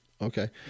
Okay